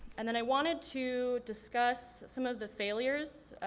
and then i wanted to discuss some of the failures